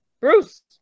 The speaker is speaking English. Bruce